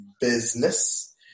business